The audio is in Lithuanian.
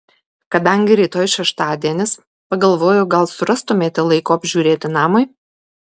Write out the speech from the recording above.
kadangi rytoj šeštadienis pagalvojau gal surastumėte laiko apžiūrėti namui